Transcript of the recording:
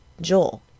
Joel